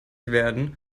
werden